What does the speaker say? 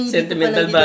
Sentimental